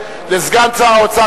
לסגן שר האוצר,